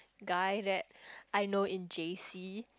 guy that I know in J_C